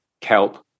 kelp